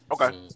Okay